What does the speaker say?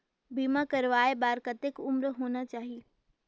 बीमा करवाय बार कतेक उम्र होना चाही?